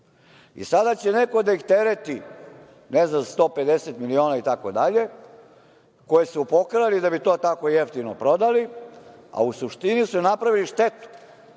Sada će neko da ih tereti, ne znam, ta 150 miliona itd, koje su pokrali da bi to tako jeftino prodali, a u suštini su napravili štetu